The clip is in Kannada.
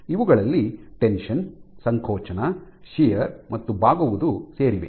ಇವುಗಳಲ್ಲಿ ಟೆನ್ಶನ್ ಸಂಕೋಚನ ಶಿಯರ್ ಮತ್ತು ಬಾಗುವುದು ಸೇರಿವೆ